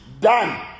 done